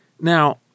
Now